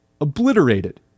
obliterated